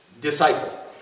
disciple